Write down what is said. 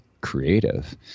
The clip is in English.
creative